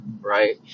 right